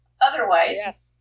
Otherwise